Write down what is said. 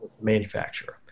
manufacturer